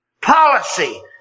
policy